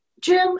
Jim